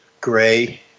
Gray